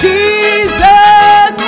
Jesus